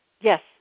Yes